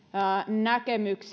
näkemykset